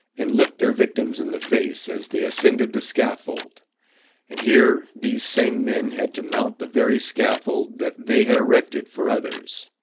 and looked their victims in the face as they ascended the scaffold and here, these same men had to mount the very scaffold that they had erected for others.